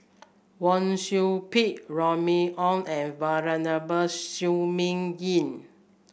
Wang Sui Pick Remy Ong and Venerable Shi Ming Yi